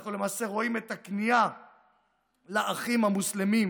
אנחנו למעשה רואים את הכניעה לאחים המוסלמים,